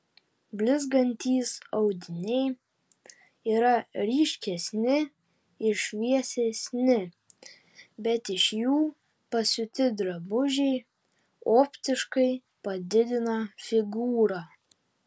blizgantys audiniai yra ryškesni ir šviesesni bet iš jų pasiūti drabužiai optiškai padidina figūrą